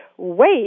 wait